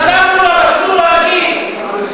חזרנו למסלול הרגיל.